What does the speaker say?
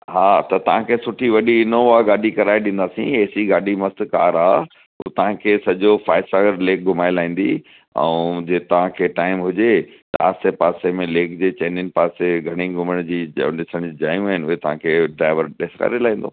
हा त तव्हांखे सुठी वॾी इनोवा गाॾी कराए ॾींदासीं ए सी गाॾी मस्तु कार आहे उहा तव्हांखे सॼो फॉयसागर लेक घुमाए लाहींदी ऐं जंहिं तव्हांखे टाइम हुजे त आसे पासे में लेक जे चइनिनि पासे घणई घुमण जी ॾिसण जी जायूं आहिनि उहे तव्हांखे ड्राइवर ॾेखारे लाहींदो